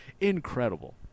incredible